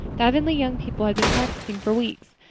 the avonlea young people had been practicing for weeks,